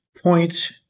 point